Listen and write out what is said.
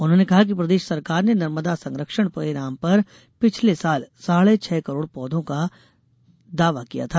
उन्होंने कहा कि प्रदेश सरकार ने नर्मदा संरक्षण के नाम पर पिछले साल साढ़े छह करोड़ पौधो का दावा किया था